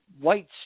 white